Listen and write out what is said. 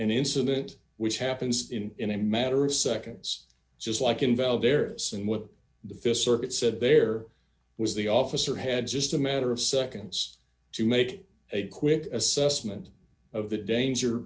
an incident which happens in a matter of seconds just like involved there and what the fist circuit said there was the officer had just a matter of seconds to make a quick assessment of the danger